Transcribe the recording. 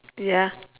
ya